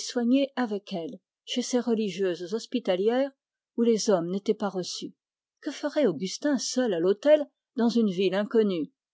soignée avec elle chez des religieuses hospitalières où les hommes n'étaient pas reçus que ferait augustin seul à l'hôtel dans une ville inconnue